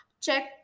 check